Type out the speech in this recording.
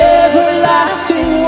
everlasting